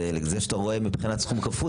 זה שאתה רואה מבחינת סכום כפול,